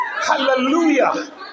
Hallelujah